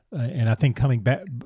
and i think coming back,